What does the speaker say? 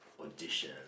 Audition